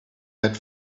had